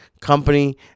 company